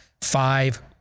five